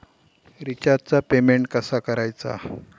रिचार्जचा पेमेंट कसा करायचा?